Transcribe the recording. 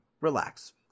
relax